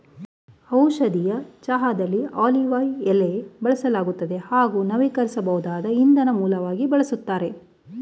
ಔಷಧೀಯ ಚಹಾದಲ್ಲಿ ಆಲಿವ್ ಎಲೆ ಬಳಸಲಾಗ್ತದೆ ಹಾಗೂ ನವೀಕರಿಸ್ಬೋದಾದ ಇಂಧನ ಮೂಲವಾಗಿ ಬಳಸ್ತಾರೆ